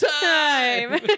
time